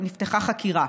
ונפתחה חקירה.